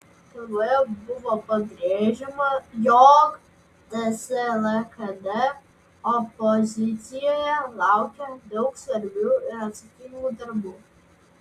kalboje buvo pabrėžiama jog ts lkd opozicijoje laukia daug svarbių ir atsakingų darbų